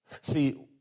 See